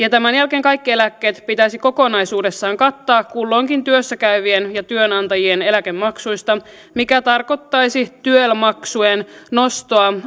ja tämän jälkeen kaikki eläkkeet pitäisi kokonaisuudessaan kattaa kulloinkin työssä käyvien ja työnantajien eläkemaksuista mikä tarkoittaisi tyel maksujen nostoa